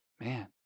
man